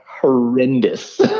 horrendous